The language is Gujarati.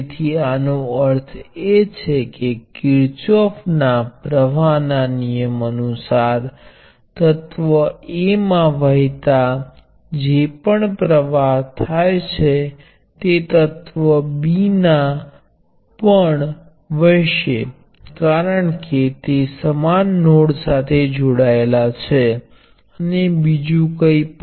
તેનો અર્થ એ કે આ આખું સંયોજન બંને છેડા એક રેઝિસ્ટરની બરાબર છે જો હું બંને છેડા ચિહ્નિત કરું તો હું તેમને કદાચ ટર્મિનલ્સ n1 અને n2કહી શકું